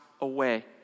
away